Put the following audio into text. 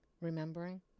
remembering